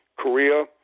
Korea